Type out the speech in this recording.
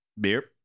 Beer